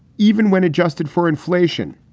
even when adjusted for inflation.